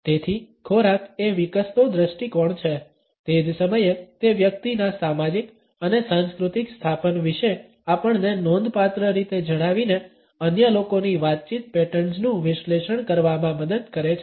તેથી ખોરાક એ વિકસતો દ્રષ્ટિકોણ છે તે જ સમયે તે વ્યક્તિના સામાજિક અને સાંસ્કૃતિક સ્થાપન વિશે આપણને નોંધપાત્ર રીતે જણાવીને અન્ય લોકોની વાતચીત પેટર્ન્સનું વિશ્લેષણ કરવામાં મદદ કરે છે